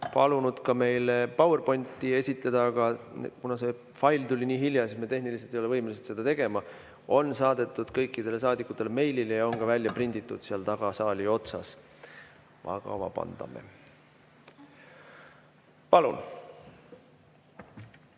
palunud ka PowerPointi esitleda, aga kuna see fail tuli nii hilja, siis me tehniliselt ei ole võimelised seda tegema. [Materjalid] on saadetud kõikidele saadikutele meilile ja on ka välja prinditud, seal taga saali otsas. Vabandage! Palun!